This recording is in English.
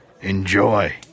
Enjoy